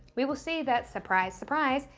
we will see that surprise, surprise,